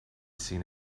seen